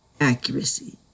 Accuracy